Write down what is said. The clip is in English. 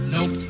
Nope